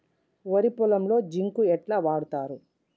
వరి పొలంలో జింక్ ఎట్లా వాడుతరు?